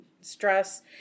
stress